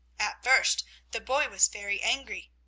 at first the boy was very angry,